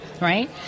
Right